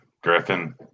griffin